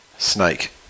Snake